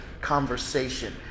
conversation